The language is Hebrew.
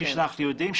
כפי שאנחנו יודעים,